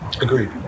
Agreed